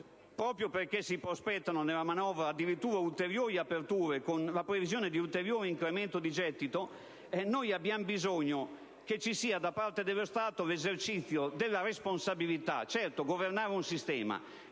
proprio perché si prospettano nella manovra addirittura ulteriori aperture con la previsione di ulteriore incremento di gettito, abbiamo bisogno che ci sia da parte dello Stato l'esercizio della responsabilità: governare un sistema,